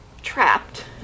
trapped